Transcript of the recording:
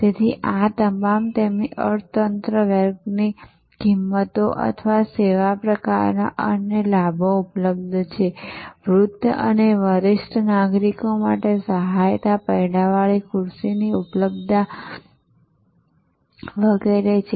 તેથી આ તમામ તેમની અર્થતંત્ર વર્ગની કિંમતો અથવા તેમના સેવા પ્રકારના અન્ય લાભો ઉપલબ્ધ છે વૃદ્ધ અને વરિષ્ઠ નાગરિકો માટે સહાયતા પૈડાવાળી ખુરશીની ઉપલબ્ધતા વગેરે છે